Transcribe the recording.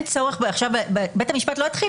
אבל בית המשפט לא יתחיל